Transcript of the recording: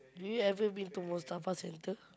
do you ever been to Mustafa centre